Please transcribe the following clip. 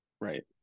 right